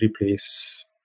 replace